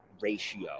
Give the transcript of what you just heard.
ratio